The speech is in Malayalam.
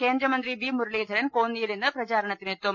കേന്ദ്രമന്ത്രി വി മുരളീധരൻ കോന്നിയിൽ ഇന്ന് പ്രചാരണത്തിനെത്തും